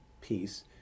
peace